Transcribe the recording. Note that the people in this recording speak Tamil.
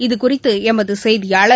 இது குறித்துளமதுசெய்தியாளர்